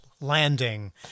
Landing